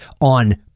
on